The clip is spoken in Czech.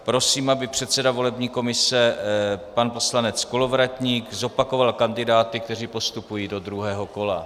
Prosím, aby předseda volební komise pan poslanec Kolovratník zopakoval kandidáty, kteří postupují do druhého kola.